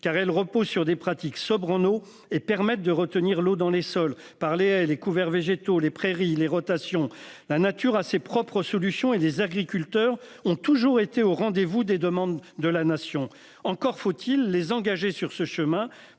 car elles reposent sur des pratiques sobre en haut et permettent de retenir l'eau dans les sols par les les couverts végétaux les prairies les rotations. La nature a ses propres solutions et des agriculteurs ont toujours été au rendez-vous des demandes de la nation. Encore faut-il les engager sur ce chemin